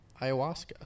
ayahuasca